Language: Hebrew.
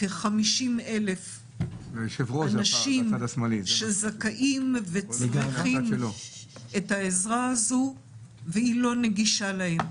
לכ-50,000 אנשים שזכאים וצריכים את העזרה הזאת שהיא לא נגישה להם.